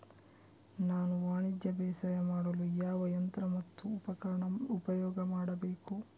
ನಾನು ವಾಣಿಜ್ಯ ಬೇಸಾಯ ಮಾಡಲು ಯಾವ ಯಂತ್ರ ಮತ್ತು ಉಪಕರಣ ಉಪಯೋಗ ಮಾಡಬೇಕು?